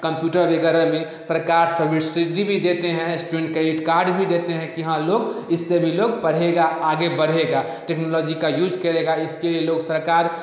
computer वगैरह में सरकार सबसिडी भी देते हैं इस्टुडेन्ट क्रेडिट कार्ड भी देते हैं कि हाँ लोग इससे भी लोग पढ़ेगा आगे बढ़ेगा टेक्नोलॉजी का यूज करेगा इसके लिए लोग सरकार